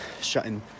shutting